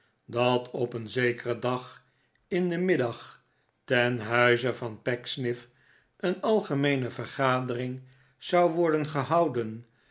dat op een zekeren dag in den middag ten maarten chuzzlewit huize van pecksniff een algemeene vergadering zou worden gehouden